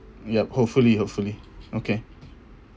yup hopefully hopefully okay